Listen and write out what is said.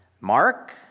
Mark